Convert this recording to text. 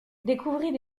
découvrit